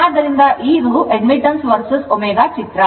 ಆದ್ದರಿಂದ ಈಗ ಇದು admittance vs ω ಚಿತ್ರ